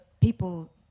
people